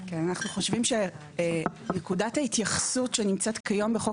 אנחנו חושבים שנקודת ההתייחסות שנמצאת כיום בחוק